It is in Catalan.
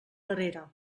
darrere